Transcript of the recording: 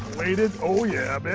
waited. oh, yeah, baby.